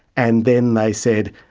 and then they said,